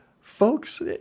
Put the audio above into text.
folks